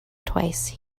twice